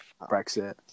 brexit